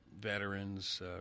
veterans